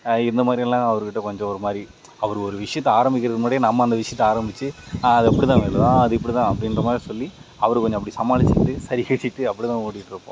இந்தமாதிரி எல்லாம் அவர்க்கிட்ட கொஞ்சம் ஒரு மாரி அவர் ஒரு விஷியத்தை ஆரம்மிக்குறதுக்கு முன்னாடியே நம்ம அந்த விஷியத்தை ஆரம்மிச்சு அது அப்படி தான் அது இப்படி தான் அப்படின்ற மாரி சொல்லி அவர் கொஞ்சம் அப்படி சமாளிச்சிவிட்டு சரி சிரிச்சிகிட்டு அப்படி தான் ஓட்டிட்டுருப்போம்